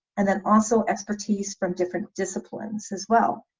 and then also expertise from different disciplines as well.